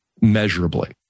measurably